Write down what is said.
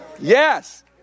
Yes